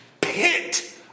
pit